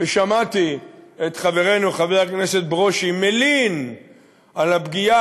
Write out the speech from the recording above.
ושמעתי את חברנו חבר הכנסת ברושי מלין על הפגיעה